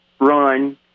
run